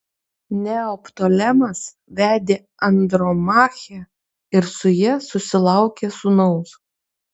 neoptolemas vedė andromachę ir su ja susilaukė sūnaus